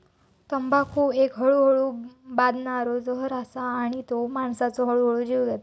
तंबाखू एक हळूहळू बादणारो जहर असा आणि तो माणसाचो हळूहळू जीव घेता